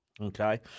Okay